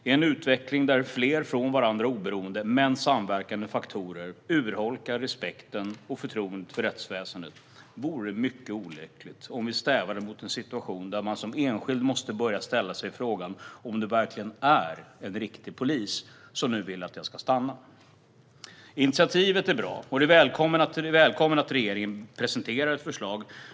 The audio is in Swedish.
I en utveckling där flera från varandra oberoende men samverkande faktorer urholkar respekten och förtroendet för rättsväsendet vore det mycket olyckligt om vi stävade mot en situation där jag som enskild måste börja ställa mig frågan om det verkligen är en riktig polis som nu vill att jag ska stanna. Initiativet är bra, och det är välkommet att regeringen presenterar ett förslag.